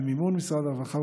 במימון משרד הרווחה,